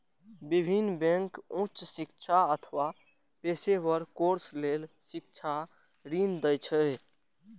विभिन्न बैंक उच्च शिक्षा अथवा पेशेवर कोर्स लेल शिक्षा ऋण दै छै